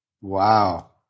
Wow